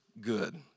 good